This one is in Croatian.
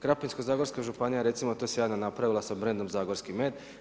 Krapinsko-zagorska županija recimo to si je napravila sa brendom zagorski med.